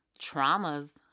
traumas